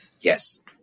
Yes